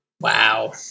Wow